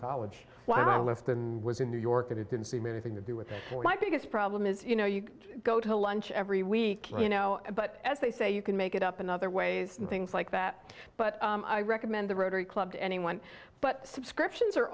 college while i left was in new york and it didn't seem anything to do with it or my biggest problem is you know you go to lunch every week you know but as they say you can make it up in other ways and things like that but i recommend the rotary club to anyone but subscriptions